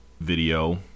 video